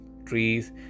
trees